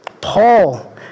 Paul